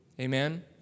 Amen